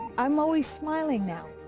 i'm always smiling, now.